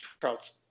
Trout's